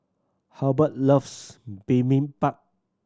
Halbert loves Bibimbap